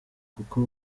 kuko